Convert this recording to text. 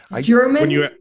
German